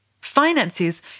Finances